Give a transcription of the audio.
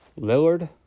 Lillard